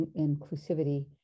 inclusivity